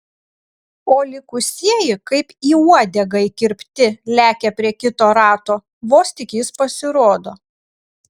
o likusieji kaip į uodegą įkirpti lekia prie kito rato vos tik jis pasirodo